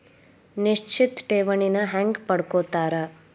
ನಿಶ್ಚಿತ್ ಠೇವಣಿನ ಹೆಂಗ ಪಡ್ಕೋತಾರ